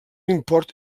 import